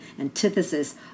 antithesis